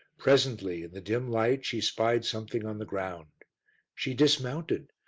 presently, in the dim light, she spied something on the ground she dismounted,